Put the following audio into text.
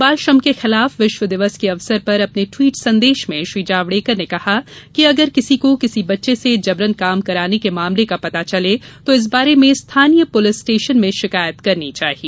बाल श्रम के खिलाफ विश्व दिवस के अवसर पर अपने टवीट संदेश में श्री जावडेकर ने कहा है कि अगर किसी को किसी बच्चे से जबरन काम कराने के मामले का पता चले तो इस बारे में स्थानीय पुलिस स्टेशन में शिकायत करनी चाहिए